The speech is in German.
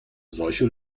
solche